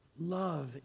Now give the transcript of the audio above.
love